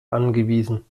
angewiesen